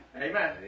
Amen